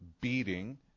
beating